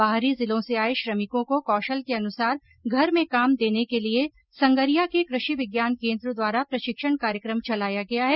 बाहरी जिलों से आए श्रमिकों को कौशल के अनुसार घर में काम देने के लिए संगरिया के कृषि विज्ञान केन्द्र द्वारा प्रशिक्षण कार्यक्रम चलाया गया है